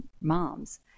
moms